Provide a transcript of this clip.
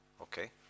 Okay